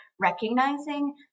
recognizing